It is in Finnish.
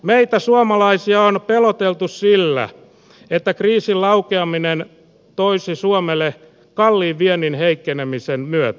meitä suomalaisia on peloteltu sillä että kriisin laukeaminen tulisi suomelle kalliiksi viennin heikkenemisen myötä